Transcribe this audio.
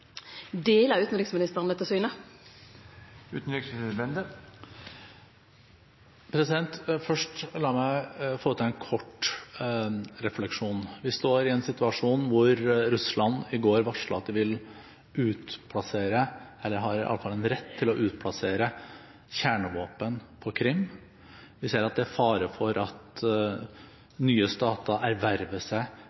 dette synet? La meg først komme med en kort refleksjon. Vi står i en situasjon hvor Russland i går varslet at de vil utplassere, eller i alle fall har en rett til å utplassere, kjernevåpen på Krim. Vi ser at det er fare for at nye stater erverver seg